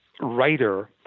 writer